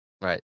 Right